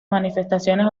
manifestaciones